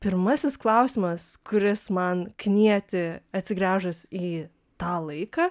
pirmasis klausimas kuris man knieti atsigręžus į tą laiką